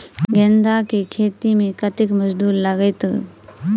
गेंदा केँ खेती मे कतेक मजदूरी लगतैक?